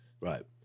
Right